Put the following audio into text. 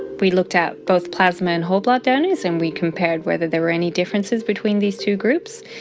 we looked at both plasma and whole blood donors and we compared whether there were any differences between these two groups.